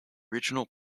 original